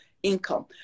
Income